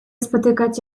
spotykać